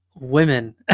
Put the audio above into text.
women